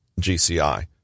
GCI